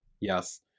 Yes